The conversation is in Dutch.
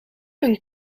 een